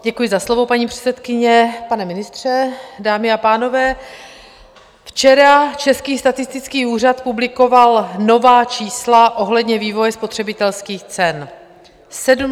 Děkuji za slovo, paní předsedkyně, pane ministře, dámy a pánové, včera Český statistický úřad publikoval nová čísla ohledně vývoje spotřebitelských cen: 17,2.